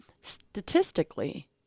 Statistically